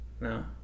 No